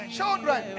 children